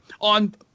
on